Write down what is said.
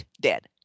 dead